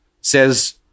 says